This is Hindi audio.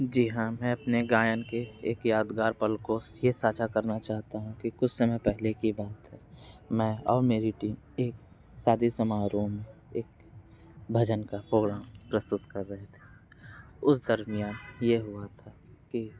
जी हाँ मैं अपने गायन के एक यादगार पल को ये साझा करना चाहता हूँ ये कुछ समय पहले की बात है मैं और मेरी टीम एक शादी समारोह में एक भजन का प्रोग्राम प्रस्तुत कर रहे थे उस दरमियान ये हुआ था कि